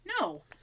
No